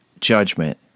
judgment